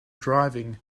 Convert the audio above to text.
driving